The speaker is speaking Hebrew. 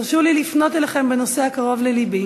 אך הרשו לי לפנות אליכם בנושא הקרוב ללבי: